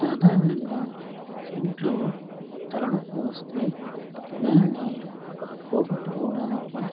సాధారణంగా ఇంట్లో తల నొప్పి వస్తే దానిని పోగొట్టుకోవడానికి